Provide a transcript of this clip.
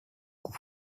cou